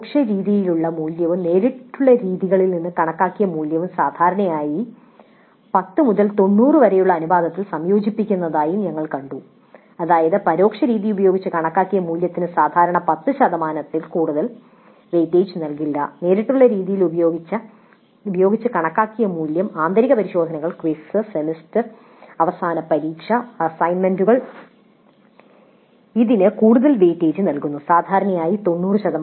പരോക്ഷ രീതി മൂല്യവും നേരിട്ടുള്ള രീതികളിൽ കണക്കാക്കിയ മൂല്യവും സാധാരണയായി 10 മുതൽ 90 വരെയുള്ള അനുപാതത്തിൽ സംയോജിപ്പിക്കുന്നതായി ഞങ്ങൾ കണ്ടു അതായത് പരോക്ഷ രീതി ഉപയോഗിച്ച് കണക്കാക്കിയ മൂല്യത്തിന് സാധാരണയായി 10 ശതമാനത്തിൽ കൂടുതൽ വെയിറ്റേജ് നൽകില്ല നേരിട്ടുള്ള രീതികൾ ഉപയോഗിച്ച് കണക്കാക്കിയ മൂല്യം ആന്തരിക പരിശോധനകൾ ക്വിസുകൾ സെമസ്റ്റർ അവസാന പരീക്ഷാ അസൈൻമെന്റുകൾ ഇതിന് കൂടുതൽ വെയിറ്റേജ് നൽകുന്നു സാധാരണയായി 90